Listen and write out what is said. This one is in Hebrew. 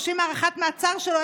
דורשים הארכת מעצר שלו.